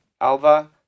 Alva